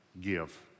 give